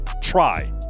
try